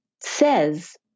says